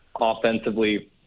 offensively